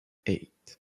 eight